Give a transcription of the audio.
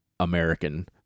American